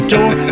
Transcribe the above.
Door